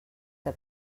que